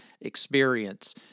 experience